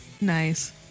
Nice